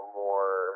more